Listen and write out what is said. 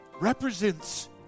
represents